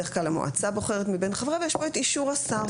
בדרך כלל המועצה בוחרת מבין חבריה ויש פה את אישור השר.